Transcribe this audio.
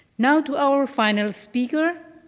now to our final speaker,